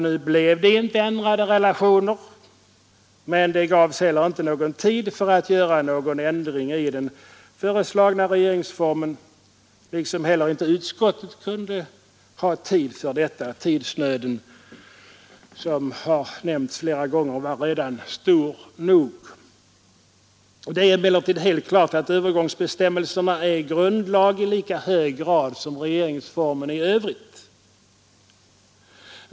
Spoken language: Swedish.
Nu blev det inte ändrade relationer, men det gavs heller inte någon tid för att göra någon ändring i den föreslagna regeringsformen, och inte heller utskottet hade tid för detta. Tidsnöden, som har nämnts flera gånger, var redan stor nog. Det är emellertid helt klart att övergångsbestämmelserna är grundlag i lika hög grad som regeringsformen i övrigt.